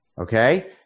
Okay